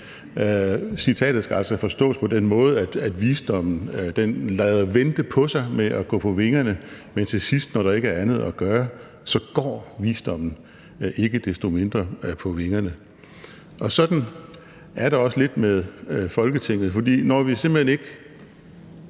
Citatet skal altså forstås på den måde, at visdommen lader vente på sig med at gå på vingerne, men til sidst, når der ikke er andet at gøre, så går visdommen ikke desto mindre på vingerne. Og sådan er det også lidt med Folketinget. For når vi simpelt hen ikke